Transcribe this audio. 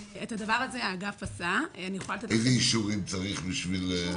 את הדבר הזה האגף עשה --- איזה אישורים צריך בשביל?